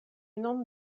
nun